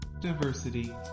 diversity